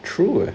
true leh